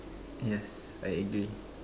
yes I agree